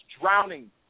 drowning